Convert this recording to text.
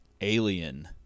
Alien